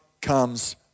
comes